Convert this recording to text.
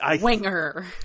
Winger